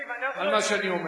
על מה שאני אומר.